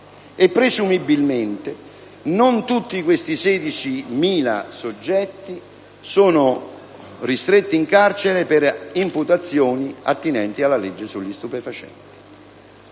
e presumibilmente non tutti questi oltre 16.000 soggetti sono ristretti in carcere per imputazioni attinenti alla legge sugli stupefacenti.